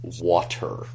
Water